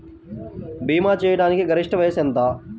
భీమా చేయాటానికి గరిష్ట వయస్సు ఎంత?